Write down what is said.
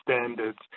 standards